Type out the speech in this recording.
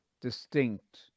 distinct